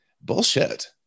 Bullshit